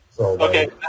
Okay